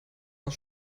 aus